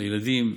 לילדים,